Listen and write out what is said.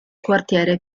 quartiere